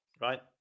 right